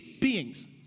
beings